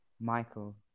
Michael